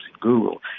Google